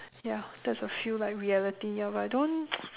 ya that's a few like reality ya but I don't